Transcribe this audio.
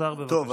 השר, בבקשה.